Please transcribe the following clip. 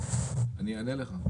אני אענה לך.